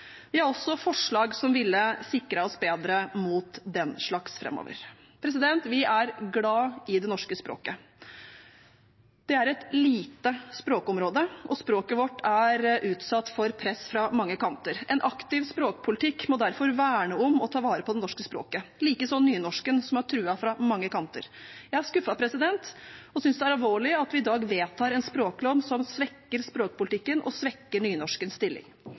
har også forslag som ville sikret oss bedre mot den slags framover. Vi er glade i det norske språket. Det er et lite språkområde, og språket vårt er utsatt for press fra mange kanter. En aktiv språkpolitikk må derfor verne om og ta vare på det norske språket, likeså nynorsken, som er truet fra mange kanter. Jeg er skuffet og synes det er alvorlig at vi i dag vedtar en språklov som svekker språkpolitikken og svekker nynorskens stilling.